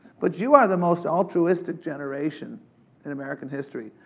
but you are the most altruistic generation in american history.